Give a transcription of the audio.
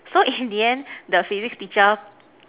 so in the end the Physics teacher